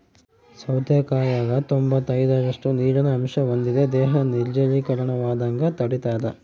ಸೌತೆಕಾಯಾಗ ತೊಂಬತ್ತೈದರಷ್ಟು ನೀರಿನ ಅಂಶ ಹೊಂದಿದೆ ದೇಹ ನಿರ್ಜಲೀಕರಣವಾಗದಂಗ ತಡಿತಾದ